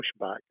pushback